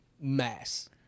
mass